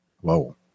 Whoa